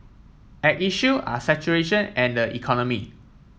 at issue are saturation and the economy